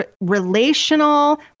relational